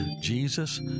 Jesus